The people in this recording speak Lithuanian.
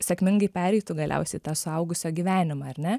sėkmingai pereitų galiausiai į tą suaugusio gyvenimą ar ne